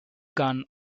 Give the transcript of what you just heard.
gun